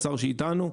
והאוצר שאיתנו.